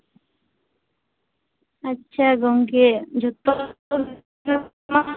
ᱟᱪᱪᱷᱟ ᱜᱚᱝᱠᱮ ᱡᱷᱚᱛᱚᱜᱮᱢᱟᱢ ᱞᱟᱹᱭᱟᱫᱤᱧᱜᱮ